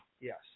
Yes